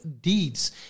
deeds